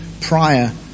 prior